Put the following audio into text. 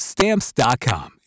Stamps.com